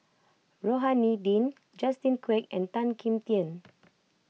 Rohani Din Justin Quek and Tan Kim Tian